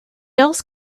else